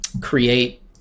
create